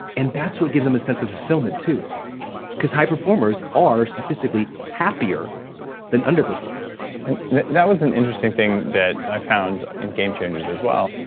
and that's what gives them a sense fulfillment too because high performers are statistically happier than underperformers and that was an interesting thing that i found in gamechangers as well.